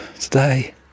today